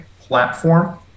platform